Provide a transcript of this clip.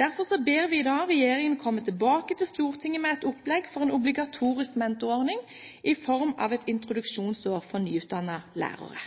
Derfor ber vi i dag regjeringen komme tilbake til Stortinget med et opplegg for en obligatorisk mentorordning, i form av et introduksjonsår for nyutdannede lærere.